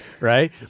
right